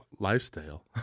Lifestyle